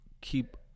keep